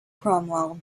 cromwell